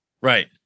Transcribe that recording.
Right